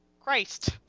Christ